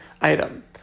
item